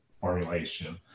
formulation